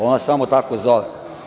Ona se samo tako zove.